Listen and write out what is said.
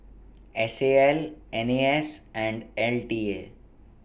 S A L N A S and L T A